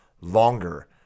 longer